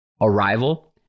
arrival